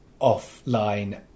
offline